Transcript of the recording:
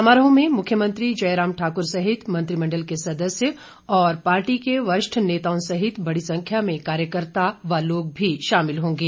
समारोह में मुख्यमंत्री जयराम ठाकुर सहित मंत्रिमंडल के सदस्य और पार्टी के वरिष्ठ नेताओं सहित बड़ी संख्या में कार्यकर्त्ता व लोग भी शामिल होंगे